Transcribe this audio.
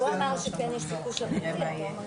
אנחנו הגענו לסיכום של הדיון היום.